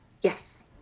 Yes